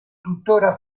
tuttora